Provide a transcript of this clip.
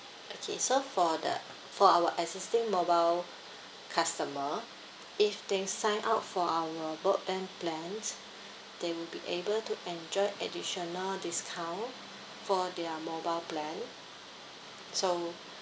okay so for the for our existing mobile customer if they sign up for our broadband plans they will be able to enjoy additional discount for their mobile plan so